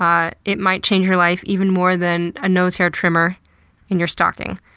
um ah it might change your life even more than a nose hair trimmer in your stocking.